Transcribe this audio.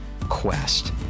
Quest